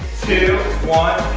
two, one,